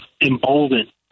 emboldened